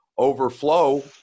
overflow